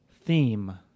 theme